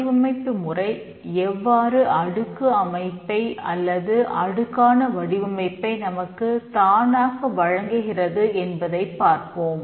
வடிவமைப்பு முறை எவ்வாறு அடுக்கு அமைப்பை அல்லது அடுக்குக்கான வடிவமைப்பை நமக்கு தானாக வழங்குகிறது என்பதைப் பார்ப்போம்